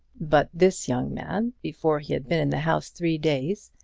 but this young man, before he had been in the house three days,